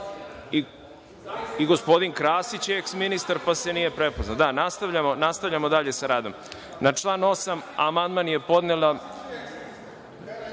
i gospodin Krasić je eks ministar, pa se nije prepoznao. Nastavljamo dalje sa radom. Na član 8. amandman je podnela